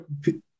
people